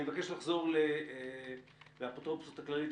אני מבקש לחזור לאפוטרופסה הכללית.